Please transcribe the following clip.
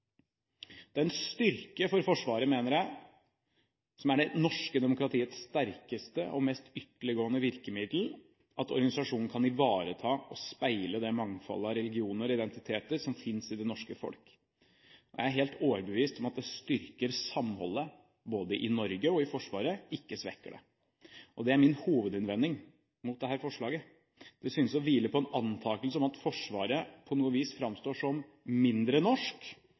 det er en styrke for Forsvaret, som er det norske demokratiets sterkeste og mest ytterliggående virkemiddel, at organisasjonen kan ivareta og speile det mangfoldet av religioner og identiteter som finnes i det norske folk. Jeg er helt overbevist om at det styrker samholdet både i Norge og i Forsvaret – ikke svekker det. Det er min hovedinnvending mot dette forslaget. Det synes å hvile på en antakelse om at Forsvaret på et vis framstår som mindre norsk